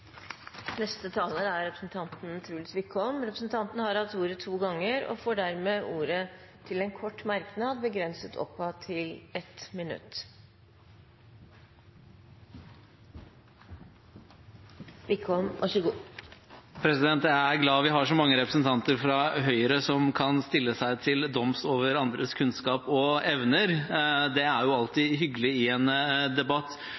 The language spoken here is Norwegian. Representanten Truls Wickholm har hatt ordet to ganger tidligere og får ordet til en kort merknad, begrenset til 1 minutt. Jeg er glad vi har så mange representanter fra Høyre som kan sette seg til doms over andres kunnskaper og evner. Det er alltid hyggelig i en debatt.